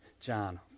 John